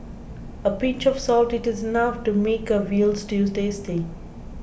a pinch of salt is enough to make a Veal Stew tasty